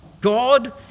God